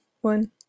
one